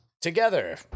together